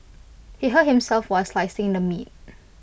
he hurt himself while slicing the meat